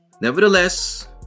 Nevertheless